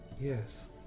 Yes